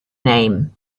name